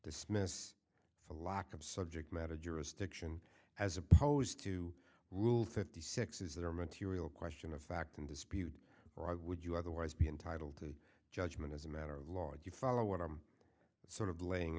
dismissed for lack of subject matter jurisdiction as opposed to rule fifty six is there material question of fact in dispute would you otherwise be entitled to judgment as a matter of law or do you follow what i'm sort of laying